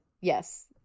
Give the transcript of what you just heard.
yes